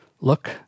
look